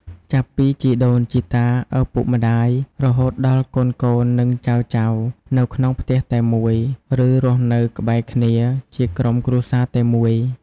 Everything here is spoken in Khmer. ចាប់ពីជីដូនជីតា ឪពុកម្ដាយ រហូតដល់កូនៗ និងចៅៗ នៅក្នុងផ្ទះតែមួយ ឬរស់នៅក្បែរគ្នាជាក្រុមគ្រួសារតែមួយ។